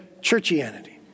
churchianity